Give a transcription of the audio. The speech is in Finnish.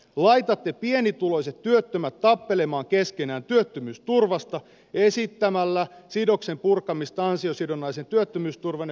laitatte pienituloiset työttömät tappelemaan keskenään työttömyysturvasta esittämällä sidoksen purkamista ansiosidonnaisen työttömyysturvan ja peruspäivärahan väliltä